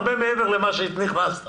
הרבה מעבר למה שנכנסת.